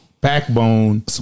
backbone